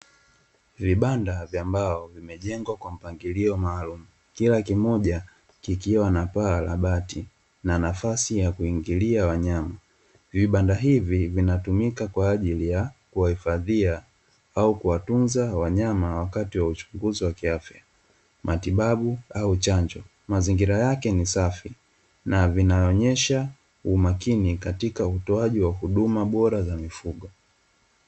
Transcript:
Vibanda vya mbao vimejengwa kwa mpangilio maalumu kila kimoja kikiwa na paa la bati na nafasi ya kuingilia wanyama. Vibanda hivi vinatumika kwa ajili ya kuwahifadhia au kuwatunza wanyama wakati wa uchunguzi wa kiafya, matibabu au chanjo mazingira yake ni safi na vinaonyesha umakini katika utoaji wa huduma bora za mifugo.